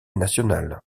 nationale